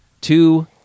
Two